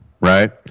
right